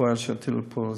בפועל של הטיפול בהם.